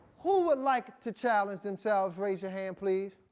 who would like to challenge themselves, raise your hand, please.